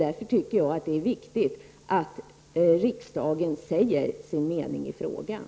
Därför tycker jag att det är viktigt att riksdagen säger sin mening i frågan.